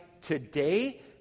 today